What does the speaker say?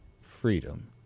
freedom